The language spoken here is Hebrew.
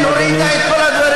כן, לא רק, כן, הורידה את כל הדברים.